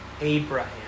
Abraham